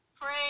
pray